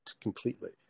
completely